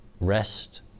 rest